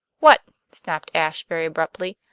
what? snapped ashe very abruptly.